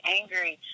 angry